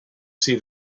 see